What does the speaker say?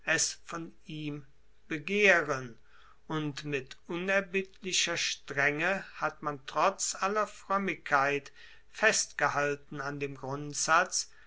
von ihm begehren und mit unerbittlicher strenge hat man trotz aller froemmigkeit festgehalten an dem grundsatz